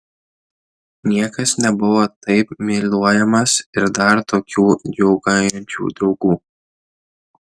niekas nebuvo taip myluojamas ir dar tokių džiūgaujančių draugų